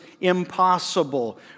impossible